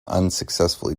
unsuccessfully